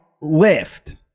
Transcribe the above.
lift